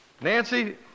Nancy